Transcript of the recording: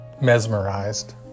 mesmerized